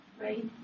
right